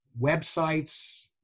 websites